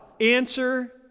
Answer